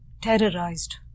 terrorized